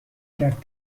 کرد